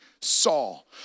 Saul